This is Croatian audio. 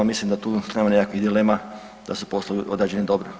Mislim da tu nema nikakvi dilema da su poslovi odrađeni dobro.